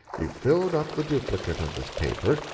you filled up the duplicate of this paper,